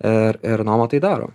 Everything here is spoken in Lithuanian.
ir ir noma tai daro